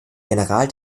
general